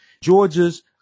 Georgia's